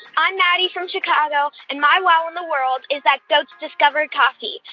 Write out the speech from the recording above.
i'm maddie from chicago. and my wow in the world is that goats discovered coffee.